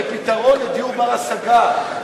כפתרון לדיור בר-השגה,